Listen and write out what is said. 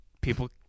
People